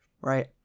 right